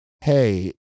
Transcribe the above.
hey